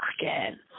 again